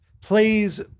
plays